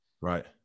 right